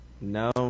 No